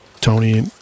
Tony